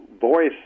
voice